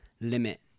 limit